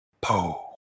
po